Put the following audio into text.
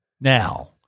Now